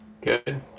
Good